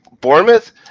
Bournemouth